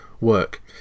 work